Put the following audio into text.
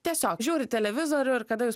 tiesiog žiūrit televizorių ir kada jūs